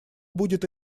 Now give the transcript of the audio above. будет